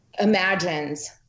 imagines